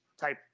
type